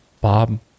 Bob